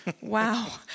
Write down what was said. wow